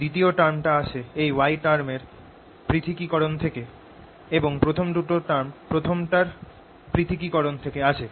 দ্বিতীয় টার্ম টা আসে এই y টার্ম এর পৃথকীকরণ থেকে আসে এবং প্রথম দুটো টার্ম প্রথমটার পৃথকীকরণ থেকে আসে